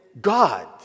God